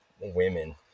Women